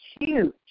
huge